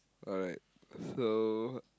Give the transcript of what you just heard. alright so